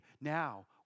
now